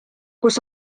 kus